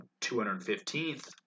215th